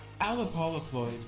Allopolyploid